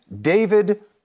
David